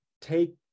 take